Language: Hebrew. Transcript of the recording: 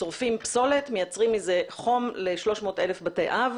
שורפים פסולת, מייצרים מזה חום ל-300,000 בתי אב